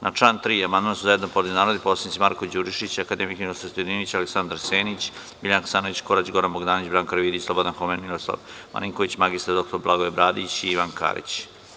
Na član 3. amandman su zajedno podneli narodni poslanici Marko Đurišić, akademik Ninoslav Stojadinović, Aleksandar Senić, Biljana Hasanović Korać, Goran Bogdanović, Branka Karavidić, Slobodan Homen, Miroslav Marinković, mr dr Blagoje Bradić i Ivan Karić.